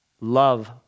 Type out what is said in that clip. love